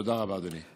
תודה רבה, אדוני.